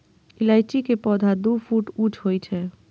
इलायची के पौधा दू फुट ऊंच होइ छै